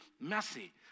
messy